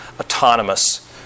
autonomous